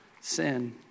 sin